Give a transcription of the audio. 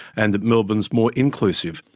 and melbourne's more inclusive.